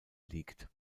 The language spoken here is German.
liegt